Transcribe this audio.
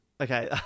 Okay